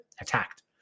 attacked